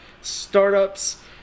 startups